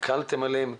הקלתם עליהם מאוד.